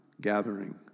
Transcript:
gathering